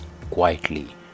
quietly